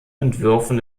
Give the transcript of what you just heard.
entwürfen